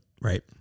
Right